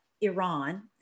Iran